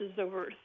over